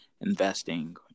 investing